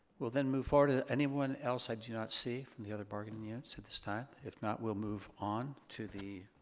we'll then move forward. ah anyone else i do not see from the other bargaining units at this time? if not, we'll move on to the